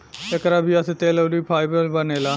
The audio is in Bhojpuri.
एकरा बीया से तेल अउरी फाइबर बनेला